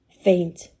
faint